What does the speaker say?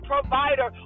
provider